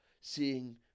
seeing